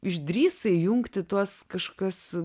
išdrįsai įjungti tuos kažkokius